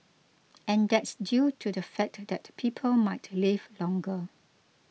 and that's due to the fact that people might live longer